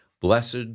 Blessed